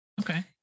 Okay